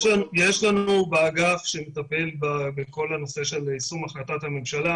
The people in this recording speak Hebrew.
יש לנו אדם באגף שמטפל בכל הנושא של יישום החלטת הממשלה.